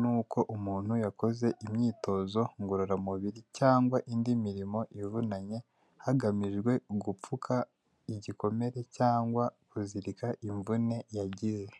n'uko umuntu yakoze imyitozo ngororamubiri cyangwa indi mirimo ivunanye hagamijwe gupfuka igikomere cyangwa kuzirika imvune yagize.